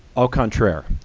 au contraire.